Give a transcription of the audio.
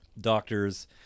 doctors